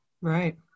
Right